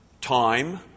Time